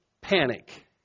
panic